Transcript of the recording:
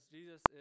Jesus